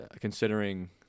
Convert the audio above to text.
considering